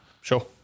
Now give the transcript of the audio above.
Sure